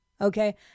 Okay